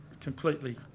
completely